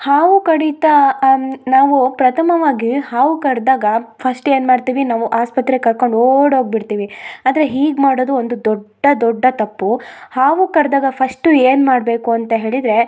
ಹಾವು ಕಡಿತ ನಾವು ಪ್ರಥಮವಾಗಿ ಹಾವು ಕಡ್ದಾಗ ಫಸ್ಟ್ ಏನು ಮಾಡ್ತೀವಿ ನಾವು ಆಸ್ಪತ್ರೆಗೆ ಕರ್ಕೊಂಡು ಓಡಿ ಹೋಗ್ಬಿಡ್ತೀವಿ ಆದರೆ ಹೀಗೆ ಮಾಡೋದು ಒಂದು ದೊಡ್ಡ ದೊಡ್ಡ ತಪ್ಪು ಹಾವು ಕಡ್ದಾಗ ಫಸ್ಟು ಏನು ಮಾಡಬೇಕು ಅಂತ ಹೇಳಿದರೆ